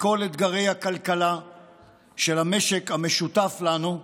מכל אתגרי הכלכלה של המשק המשותף לנו,